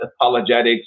apologetics